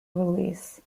release